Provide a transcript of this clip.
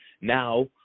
Now